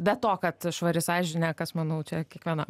be to kad švari sąžinė kas manau čia kiekvienam